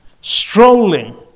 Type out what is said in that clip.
strolling